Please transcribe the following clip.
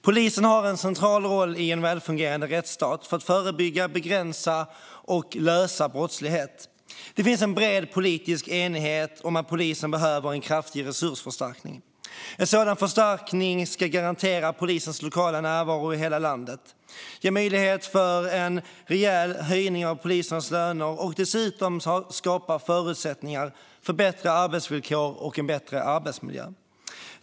Polisen har en central roll i en välfungerande rättsstat för att förebygga, begränsa och lösa brottslighet. Det finns en bred politisk enighet om att polisen behöver en kraftig resursförstärkning. En sådan förstärkning ska garantera polisens lokala närvaro i hela landet, ge möjlighet till en rejäl höjning av polisens löner och dessutom skapa förutsättningar för bättre arbetsvillkor och en bättre arbetsmiljö.